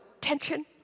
tension